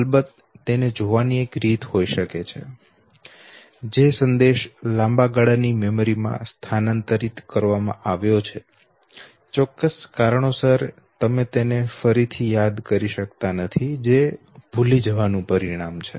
અલબત્ત તેને જોવાની એક રીત હોઈ શકે છે જે સંદેશ લાંબા ગાળાની મેમરી માં સ્થાનાંતરિત કરવામાં આવ્યો છે ચોક્કસ કારણોસર તમે તેને ફરીથી યાદ કરી શક્યા નથી જે ભૂલી જવા નું પરિણામ છે